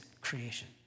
creation